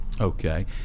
Okay